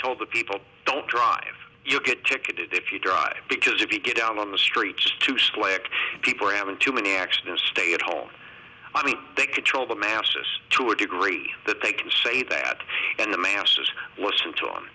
told the people don't drive you get ticketed if you drive because if you get out on the streets to slake people are having too many accidents stay at home i mean they control the masses to a degree that they can say bad and the masses listen to